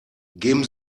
geben